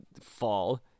fall